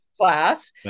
class